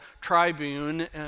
tribune